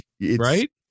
right